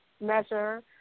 measure